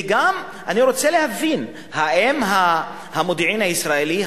וגם אני רוצה להבין: האם המודיעין הישראלי,